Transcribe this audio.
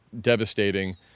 devastating